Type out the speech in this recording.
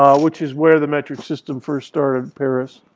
um which is where the metric system first started, paris.